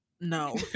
no